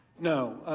no,